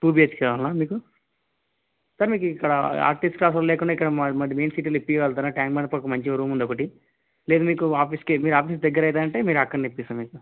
to BHK కావాలనా మీకు sir మీకు ఇక్కడ ఆర్టిసి క్రాస్ రోడ్లో లేకున్నా మెయిన్ సిటీలో ఇప్పిగళ్తారా ట్యాంక్ బండ్ పక్కన మంచిగా రూమ్ ఉంది ఒకటి లేదు మీకు ఆఫీస్కి మీరు ఆఫీస్కి దగ్గర అవుతుంది అంటే మీరు అక్కడనే ఇప్పిస్తా మీకు